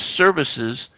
services